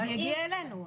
וזה יגיע אלינו.